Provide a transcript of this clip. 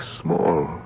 small